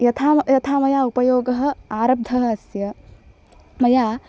यथा यथा मया उपयोगः आरब्धः अस्य मया